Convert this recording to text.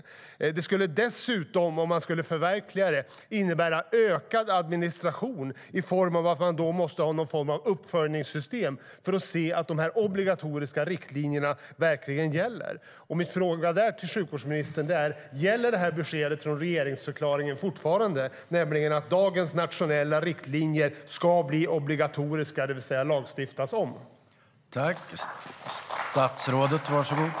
Om det skulle förverkligas skulle det dessutom innebära ökad administration i form av att det måste finnas någon form av uppföljningssystem för att se att de obligatoriska riktlinjerna verkligen följs.